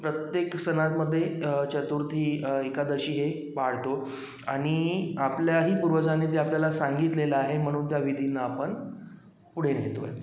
प्रत्येक सणांमध्ये चतुर्थी एकादशी हे पाळतो आणि आपल्याही पूर्वजांनी ते आपल्याला सांगितलेलं आहे म्हणून त्या विधींना आपण पुढे नेतो आहे